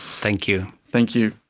thank you. thank you.